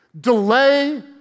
delay